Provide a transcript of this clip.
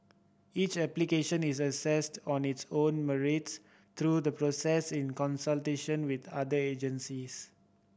each application is assessed on its own merits through the process in consultation with other agencies